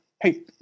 hey